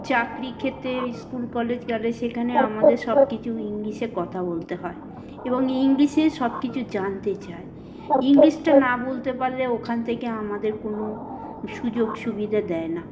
চাকরি ক্ষেত্রে school college গেলে সেখানে আমাদের সব কিছু ইংলিশে কথা বলতে হয় এবং ইংলিশেই সব কিছু জানতে চায় ইংলিশটা না বলতে পারলে ওখান থেকে আমাদের কোনো সুযোগ সুবিধা দেয় না